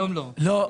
היום לא.